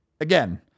again